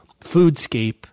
foodscape